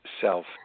self